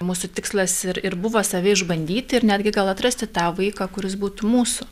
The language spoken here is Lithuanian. mūsų tikslas ir ir buvo save išbandyti ir netgi gal atrasti tą vaiką kuris būtų mūsų